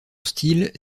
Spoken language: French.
style